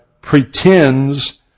pretends